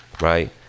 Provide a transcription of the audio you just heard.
right